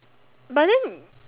but then